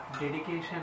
dedication